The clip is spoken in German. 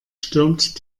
stürmt